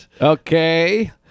Okay